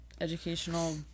educational